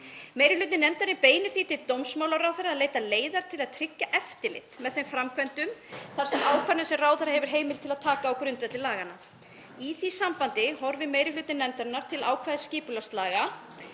Meiri hluti nefndarinnar beinir því til dómsmálaráðherra að leita leiða til að tryggja eftirlit með framkvæmd þeirra ákvarðana sem ráðherra hefur heimild til að taka á grundvelli laganna. Í því sambandi horfir meiri hluti nefndarinnar til ákvæða skipulagslaga